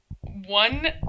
One